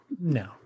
no